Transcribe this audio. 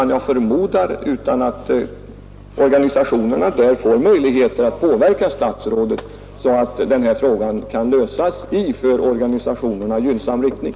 Jag förmodar att organisationerna på denna konferens får möjlighet att påverka statsrådet så att det problem det här gäller kan lösas i en för organisationerna gynnsam riktning.